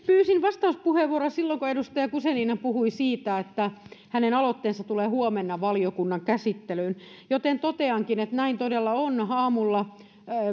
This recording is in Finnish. pyysin vastauspuheenvuoroa silloin kun edustaja guzenina puhui siitä että hänen aloitteensa tulee huomenna valiokunnan käsittelyyn joten toteankin että näin todella on aamulla